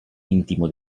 intimo